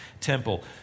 temple